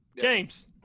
James